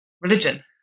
religion